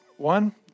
One